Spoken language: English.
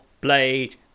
blade